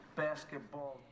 basketball